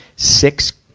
six,